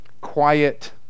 quiet